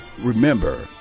Remember